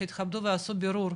שיתכבדו וייעשו בירור,